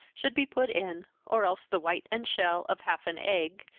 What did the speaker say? should be put in, or else the white and shell of half an egg,